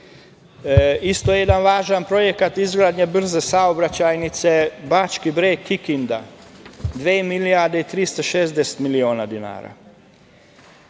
Isto jedan važan projekat, izgradnja brze saobraćajnice Bački Breg – Kikinda, dve milijarde i 360 miliona dinara. Imamo